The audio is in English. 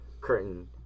curtain